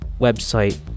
website